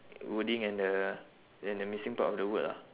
wording and uh and the missing part of the word ah